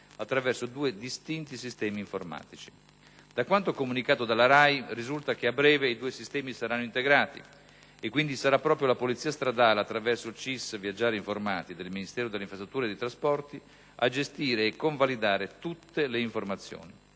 attraverso due distinti sistemi informatici. Da quanto comunicato dalla RAI risulta che, a breve, i due sistemi saranno integrati e quindi sarà proprio la Polizia stradale, attraverso il CCISS-Viaggiare informati, del Ministero delle infrastrutture e dei trasporti, a gestire e a convalidare tutte le informazioni.